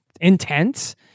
intense